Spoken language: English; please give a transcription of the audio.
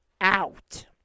out